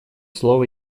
слово